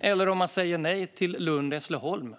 eller Lund-Hässleholm?